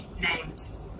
Names